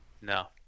no